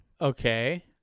Okay